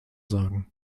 sagen